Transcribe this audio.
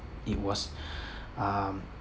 it was um